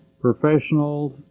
professionals